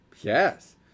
Yes